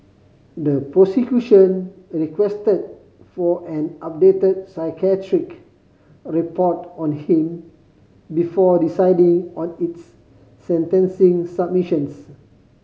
the prosecution requested for an updated psychiatric report on him before deciding on its sentencing submissions